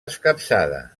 escapçada